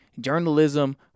journalism